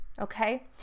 okay